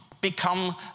become